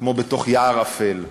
כמו בתוך יער אפל.